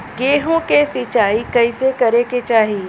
गेहूँ के सिंचाई कइसे करे के चाही?